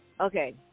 Okay